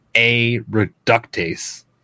A-reductase